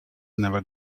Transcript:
never